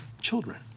children